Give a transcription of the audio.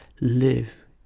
live